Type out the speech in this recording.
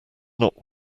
not